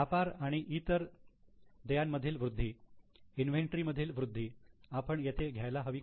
व्यापार आणि इतर देयान मधील वृद्धी इन्व्हेंटरी मधील वृद्धी आपण येथे घ्यायला हवी का